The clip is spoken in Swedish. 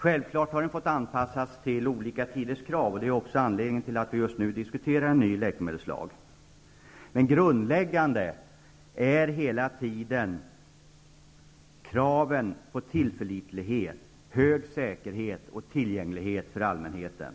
Självfallet har den måst anpassas till olika tiders krav, och det är också anledningen till att vi just nu diskuterar en ny läkemedelslag. Men grundläggande har hela tiden varit kraven på tillförlitlighet, hög säkerhet och tillgänglighet för allmänheten.